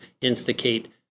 instigate